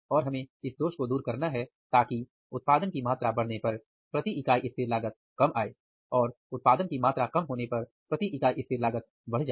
और हमें इस दोष को दूर करना है ताकि उत्पादन की मात्रा बढ़ने पर प्रति इकाई स्थित लागत कम आए और उत्पादन की मात्रा कम होने पर प्रति इकाई स्थिर लागत बढ़ जाए